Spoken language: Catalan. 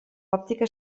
òptica